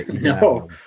No